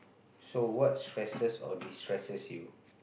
so what stresses or destresses you